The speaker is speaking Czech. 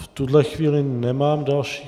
V tuto chvíli nemám další.